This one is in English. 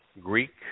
Greek